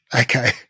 Okay